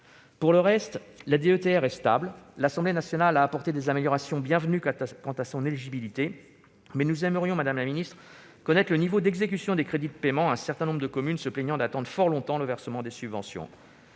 Pour le reste, la DETR est stable. L'Assemblée nationale a apporté des améliorations bienvenues quant à son éligibilité. Mais nous aimerions connaître le niveau d'exécution des crédits de paiement, un certain nombre de communes se plaignant d'attendre fort longtemps le versement des subventions.